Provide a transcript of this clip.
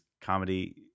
comedy